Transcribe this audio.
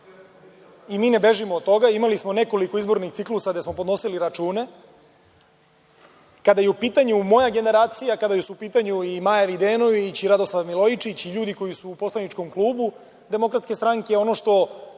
i mi ne bežimo od toga. Imali smo nekoliko izbornih ciklusa gde smo podnosili račune. Kada je u pitanju moja generacija, kada su u pitanju i Maja Videnović i Radoslav Milojičić i ljudi koji su u poslaničkom klubu DS-a, ono što